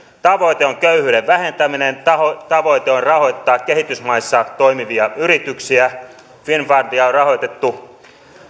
tavoite on köyhyyden vähentäminen tavoite on rahoittaa kehitysmaissa toimivia yrityksiä finnfundia on rahoitettu